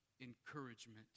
encouragement